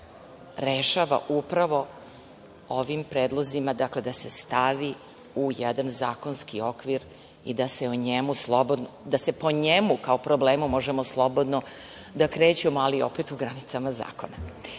rešava upravo ovim predlozima, dakle, da se stavi u jedan zakonski okvir i da se po njemu kao problemu možemo slobodno da krećemo, ali opet u granicama zakona. Kada